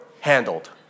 handled